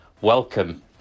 Welcome